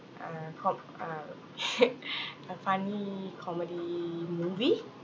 uh com~ uh a funny comedy movie